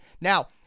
Now